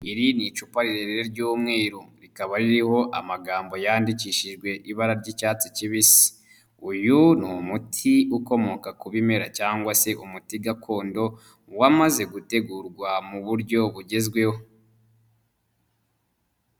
Iri ni icupa rirerire ry'umweru, rikaba ririho amagambo yandikishijwe ibara ry'icyatsi kibisi, uyu ni umuti ukomoka ku bimera cyangwa se umuti gakondo, wamaze gutegurwa muburyo bugezweho.